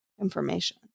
information